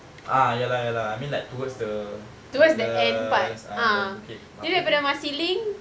ah ya lah ya lah I mean like towards the towards the woodlands ah the bukit batok